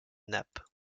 nappes